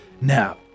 now